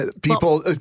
People